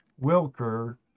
Wilker